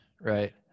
right